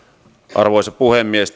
arvoisa puhemies